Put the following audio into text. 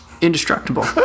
Indestructible